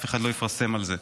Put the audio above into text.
אף אחד לא יפרסם על זה,